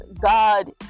God